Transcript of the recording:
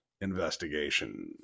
investigation